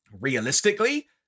realistically